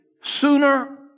sooner